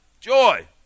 Joy